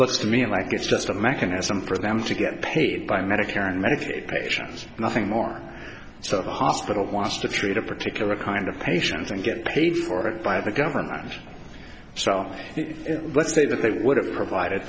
looks to me like it's just a mechanism for them to get paid by medicare and medicaid patients nothing more so the hospital wants to treat a particular kind of patients and get paid for it by the government sell it let's say that they would have provided